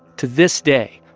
to this day,